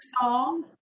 song